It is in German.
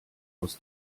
aus